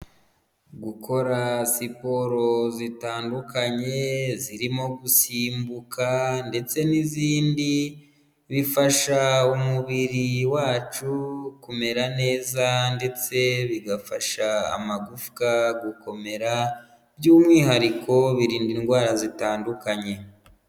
Gukora siporo zitandukanye zirimo gusimbuka ndetse n'izindi bifasha umubiri wacu kumera neza, ndetse bigafasha amagufwa gukomera by'umwihariko birinda indwara zitandukanye.